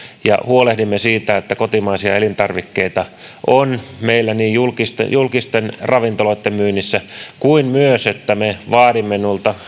ja huolehdimme siitä että kotimaisia elintarvikkeita on meillä julkisten julkisten ravintoloitten myynnissä kuin myös siitä että me vaadimme